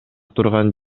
турган